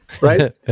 right